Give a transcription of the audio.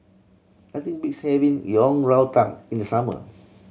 nothing beats having Yang Rou Tang in the summer